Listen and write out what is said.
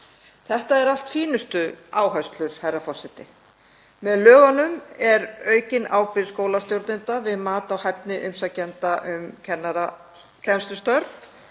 Þetta eru allt fínustu áherslur, herra forseti. Með lögunum er aukin ábyrgð skólastjórnenda við mat á hæfni umsækjenda um kennslustörf.